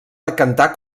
decantar